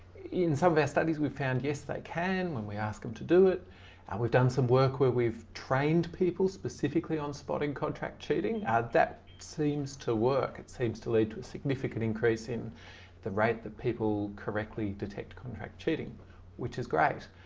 in some of our studies we've found yes they can when we asked them to do it and we've done some work where we've trained people specifically on spotting contract cheating and that seems to work. it seems to lead to a significant increase in the rate that people correctly detect contract cheating which is great.